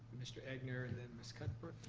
mr. egnor and then ms. cuthbert,